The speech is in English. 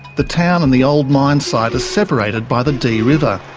the town and the old mine site are separated by the dee river.